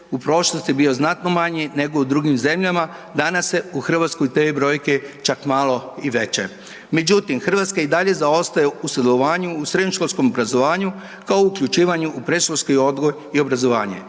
u prošlosti bio znatno manji nego u drugim zemljama, danas su u Hrvatskoj te brojke čak malo i veće. Međutim, Hrvatska i dalje zaostaje u sudjelovanju u srednjoškolskom obrazovanju kao uključivanju u predškolski odgoj i obrazovanje.